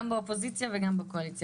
גם באופוזיציה וגם בקואליציה.